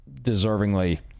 deservingly